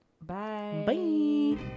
Bye